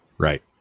Right